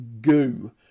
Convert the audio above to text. goo